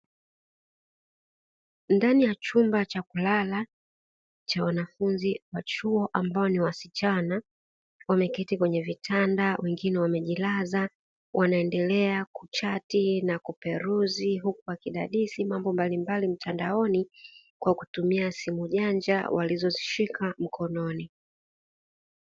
Ndani ya chumba cha kulala cha wanafunzi wa chuo ambao ni wasichana, wameketi kwenye vitanda wengine wamejilaza, wanaendelea kuchati na kuperuzi huku wakidadisi mambo mbalimbali mtandaoni kwa kutumia simu janja walizoshika mkononi.